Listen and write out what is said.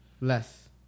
less